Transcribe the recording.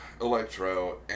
Electro